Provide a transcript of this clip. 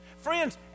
Friends